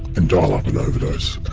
and dial up an overdose.